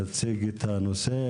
תציג את הנושא.